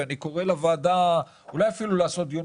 אני קורא לוועדה אולי אפילו לעשות דיון